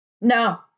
No